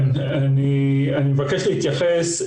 אני מבקש להתייחס.